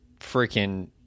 freaking